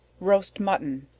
roast mutton.